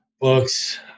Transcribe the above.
books